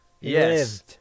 Yes